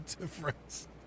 difference